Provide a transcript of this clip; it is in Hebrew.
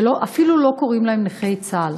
ואפילו לא קוראים להם נכי צה"ל.